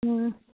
ꯎꯝ